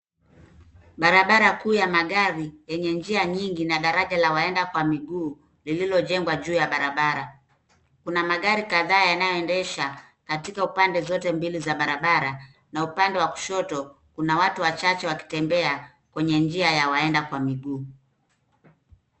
Barabara kuu ya magari yenye njia nyingi na daraja la waenda kwa miguu, lililojengwa juu ya barabara. Kuna magari kadhaa yanayoendesha katika upande zote mbili za barabara, na upande wa kushoto, kuna watu wachache wakitembea, kwenye njia ya waenda kwa miguu.